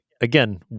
Again